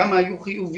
כמה היו חיוביים,